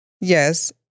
Yes